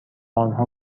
آنها